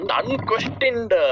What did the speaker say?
unquestioned